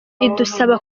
idusaba